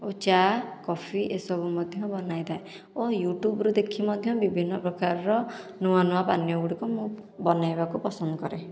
ଓ ଚା କଫି ଏସବୁ ମଧ୍ୟ ବନାଇଥାଏ ଓ ୟୁଟ୍ୟୁବରୁ ଦେଖି ମଧ୍ୟ ବିଭିନ୍ନ ପ୍ରକାରର ନୂଆ ନୂଆ ପାନୀୟ ଗୁଡ଼ିକ ମୁଁ ବନେଇବାକୁ ପସନ୍ଦ କରେ